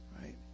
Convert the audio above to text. right